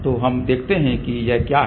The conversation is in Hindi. तो हम देखते हैं कि यह क्या है